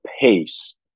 pace